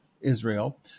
Israel